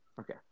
Okay